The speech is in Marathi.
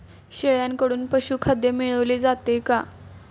शेळ्यांकडून पशुखाद्य मिळवले जाते का?